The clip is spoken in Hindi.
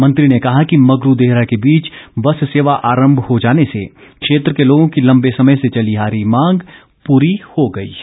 मंत्री ने कहा कि मगरू देहरा के बीच बस सेवा आरम्म हो जाने से क्षेत्र के लोगों की लम्बे समय से चली आ रही मांग पूरी हो गई है